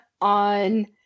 on